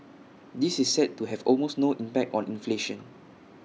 this is set to have almost no impact on inflation